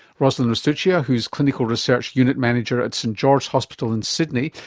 roslyn ristuccia, who's clinical research unit manager at st george hospital in sydney,